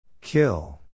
Kill